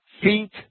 feet